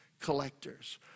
collectors